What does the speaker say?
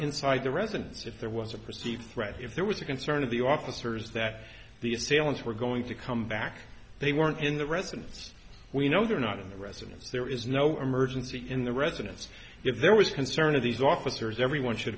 inside the residence if there was a perceived threat if there was a concern of the officers that the assailants were going to come back they weren't in the residence we know they're not in the residence there is no emergency in the residence if there was concern of these officers everyone should